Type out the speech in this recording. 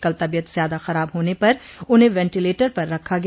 कल तबियत ज्यादा खराब होने पर उन्हें वेटिलेटर पर रखा गया